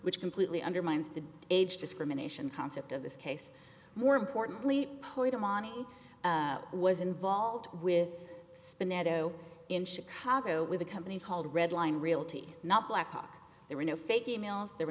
which completely undermines the age discrimination concept of this case more importantly to mani was involved with spinet zero in chicago with a company called redline realty not blackhawk there were no fake emails the